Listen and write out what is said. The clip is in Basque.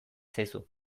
zaizu